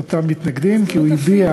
אם אלה באמת הדברים שהם היו מקדמים באופן אישי,